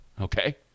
okay